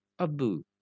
Abu